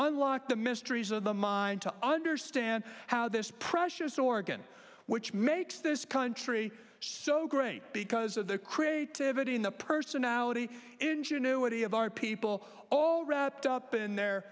unlock the mysteries of the mind to understand how this precious organ which makes this country so great because of the creativity in the personality ingenuity of our people all wrapped up in there